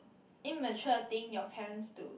immature thing your parents do